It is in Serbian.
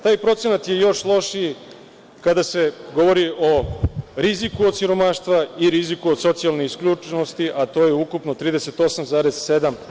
Taj procenat je još lošiji kada se govori o riziku od siromaštva i riziku od socijalne isključenosti, a to je ukupno 38,7%